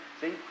See